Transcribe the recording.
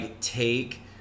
take